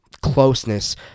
closeness